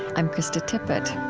i'm krista tippett